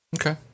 okay